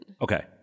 Okay